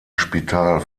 spital